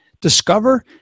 discover